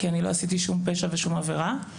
כי אני לא עשיתי שום פשע ושום עבירה.